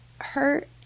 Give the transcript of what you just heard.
hurt